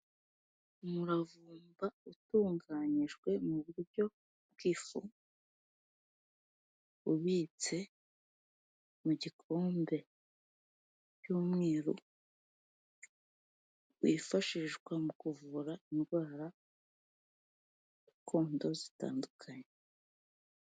Umuravumba utunganyijwe mu buryo bw' ifu, ubitse mu gikombe cy'umweru wifashishwa mu kuvura indwara gakondo zitandukanye.